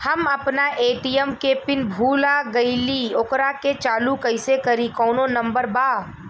हम अपना ए.टी.एम के पिन भूला गईली ओकरा के चालू कइसे करी कौनो नंबर बा?